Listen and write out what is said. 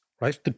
right